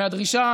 והדרישה,